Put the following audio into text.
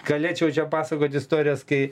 galėčiau čia pasakot istorijas kai